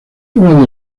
pruebas